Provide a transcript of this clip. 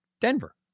Denver